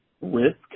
risk